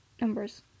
numbers